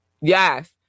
Yes